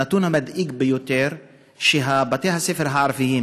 הנתון המדאיג ביותר הוא שבתי-הספר הערביים,